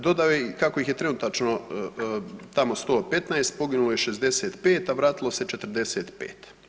Dodao je i kako ih je trenutačno tamo 115, poginulo je 65, a vratilo se 45.